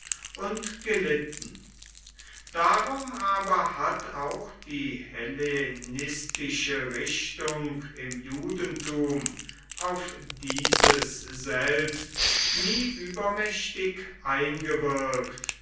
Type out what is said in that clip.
und gelitten darum aber hat auch die hellenistische richtung im judentum auf dieses selbst nie übermächtig eingewirkt